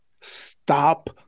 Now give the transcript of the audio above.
stop